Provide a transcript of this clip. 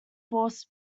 forced